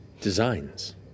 designs